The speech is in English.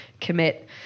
commit